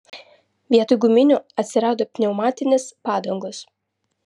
vietoj guminių atsirado pneumatinės padangos